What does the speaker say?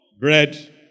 Bread